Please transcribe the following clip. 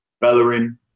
Bellerin